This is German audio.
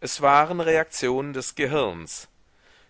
es waren reaktionen des gehirns